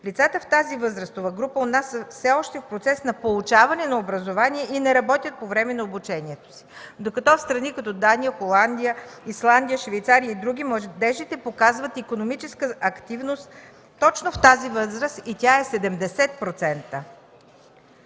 Лицата в тази възрастова група у нас са все още в процес на получаване на образование и не работят по време на обучението си, докато в страни като Дания, Холандия, Исландия, Швейцария и други младежите показват икономическа активност точно в тази възраст и тя е 70%.